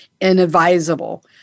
inadvisable